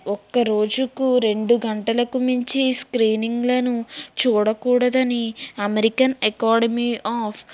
ఒక రోజుకు రెండు గంటలకు మించి స్క్రీనింగ్లను చూడకూడదని అమెరికన్ అకాడమీ ఆఫ్